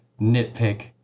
nitpick